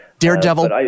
Daredevil